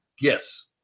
Yes